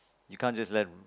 you can't just left the room